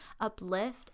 uplift